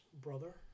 brother